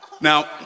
Now